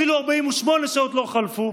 אפילו 48 שעות לא חלפו,